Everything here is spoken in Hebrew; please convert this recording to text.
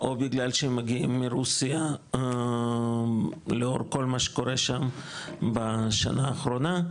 או בגלל שהם מגיעים מרוסיה לאור כל מה שקורה שם בשנה האחרונה,